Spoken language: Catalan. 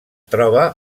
troba